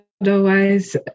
Otherwise